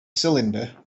cylinder